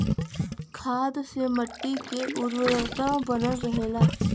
खाद से मट्टी क उर्वरता बनल रहला